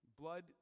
Blood